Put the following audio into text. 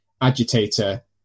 agitator